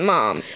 Mom